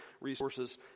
resources